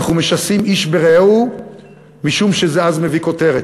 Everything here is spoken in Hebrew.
אנחנו משסים איש ברעהו משום שזה מביא כותרת.